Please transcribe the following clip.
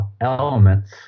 Elements